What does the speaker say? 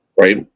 Right